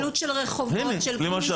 שילוט של רחובות, של גשרים.